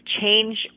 Change